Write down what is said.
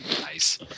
Nice